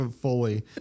fully